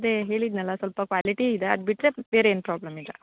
ಅದೇ ಹೇಳಿದ್ನಲ್ಲ ಸ್ವಲ್ಪ ಕ್ವಾಲಿಟಿ ಇದೆ ಅದು ಬಿಟ್ಟರೆ ಬೇರೇನೂ ಪ್ರಾಬ್ಲಮ್ ಇಲ್ಲ